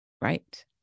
Right